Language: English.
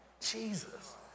Jesus